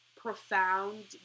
profound